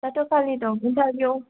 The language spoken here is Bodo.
फस्थआथ' खालि दं इनतारभिउ